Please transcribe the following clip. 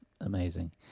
amazing